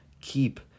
keep